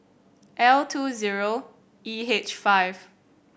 L two zero E H five